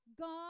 God